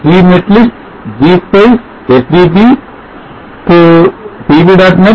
gnetlist g spice sdb o pv